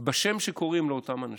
בשם שבו קוראים לאותם אנשים.